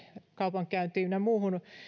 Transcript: kaupankäyntiin ynnä muuhun